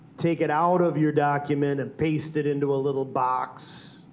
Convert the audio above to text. take it out of your document and paste it into a little box,